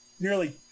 nearly